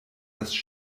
dass